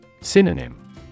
Synonym